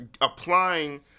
applying